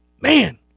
Man